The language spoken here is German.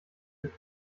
die